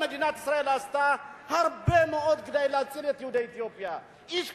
מדינת ישראל עשתה הרבה מאוד כדי להציל את יהודי אתיופיה: השקיעה,